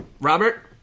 Robert